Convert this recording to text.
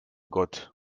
gott